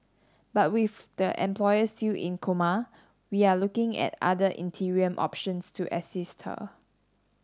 but with the employer still in coma we are looking at other interim options to assist her